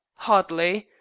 hardly.